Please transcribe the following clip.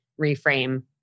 reframe